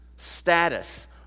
Status